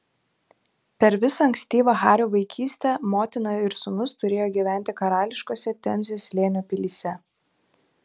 per visą ankstyvą hario vaikystę motina ir sūnus turėjo gyventi karališkose temzės slėnio pilyse